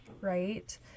right